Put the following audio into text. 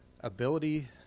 ability